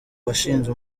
bashinze